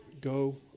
go